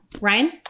Ryan